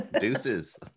Deuces